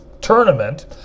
Tournament